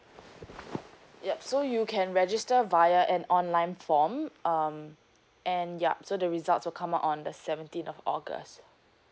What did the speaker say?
yup so you can register via an online form um and yup so the results will come out on the seventeenth of august